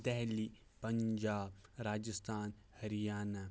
Delhi Punjab Rajasthan Haryana